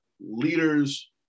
leaders-